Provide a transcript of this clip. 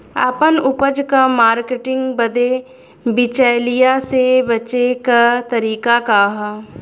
आपन उपज क मार्केटिंग बदे बिचौलियों से बचे क तरीका का ह?